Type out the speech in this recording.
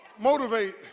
motivate